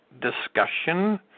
Discussion